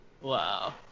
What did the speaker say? Wow